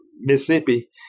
Mississippi